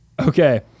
Okay